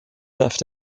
left